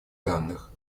данных